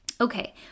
Okay